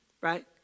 Right